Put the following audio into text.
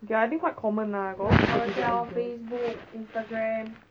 ya I think quite common lah got a lot of people do that